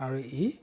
আৰু ই